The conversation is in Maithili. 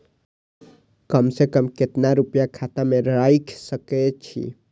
कम से कम केतना रूपया खाता में राइख सके छी?